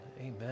Amen